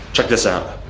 check this out.